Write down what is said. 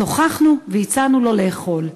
שוחחנו והצענו לו לאכול.